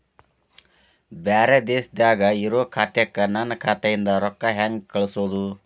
ಬ್ಯಾರೆ ದೇಶದಾಗ ಇರೋ ಖಾತಾಕ್ಕ ನನ್ನ ಖಾತಾದಿಂದ ರೊಕ್ಕ ಹೆಂಗ್ ಕಳಸೋದು?